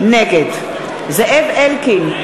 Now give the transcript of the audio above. נגד זאב אלקין,